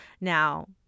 Now